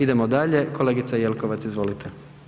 Idemo dalje kolegica Jelkovac, izvolite.